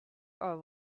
are